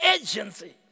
agency